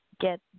get